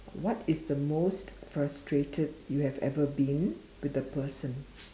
what is the most frustrated you have ever been with a person